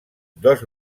dos